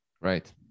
Right